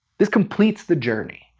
this completes the journey,